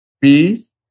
peace